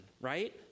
right